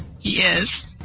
Yes